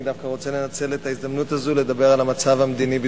אני דווקא רוצה לנצל את ההזדמנות הזאת לדבר על המצב המדיני-ביטחוני,